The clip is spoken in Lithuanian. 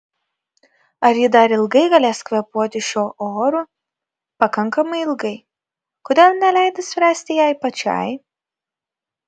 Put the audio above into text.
ar ji dar ilgai galės kvėpuoti šiuo oru pakankamai ilgai kodėl neleidi spręsti jai pačiai